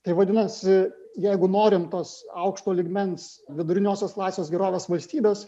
tai vadinasi jeigu norim tos aukšto lygmens viduriniosios klasės gerovės valstybės